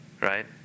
right